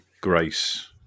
grace